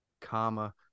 comma